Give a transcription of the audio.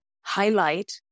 highlight